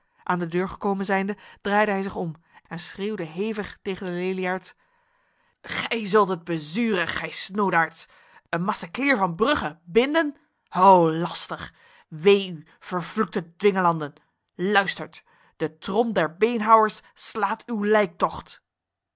aan de deur gekomen zijnde draaide hij zich om en schreeuwde hevig tegen de leliaards gij zult het bezuren gij snoodaards een maceclier van brugge binden o laster wee u vervloekte dwingelanden luistert de trom der beenhouwers slaat uw